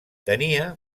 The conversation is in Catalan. tenia